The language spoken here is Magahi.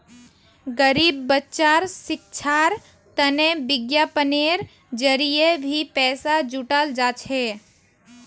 गरीब बच्चार शिक्षार तने विज्ञापनेर जरिये भी पैसा जुटाल जा छेक